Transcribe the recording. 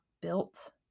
built